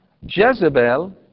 Jezebel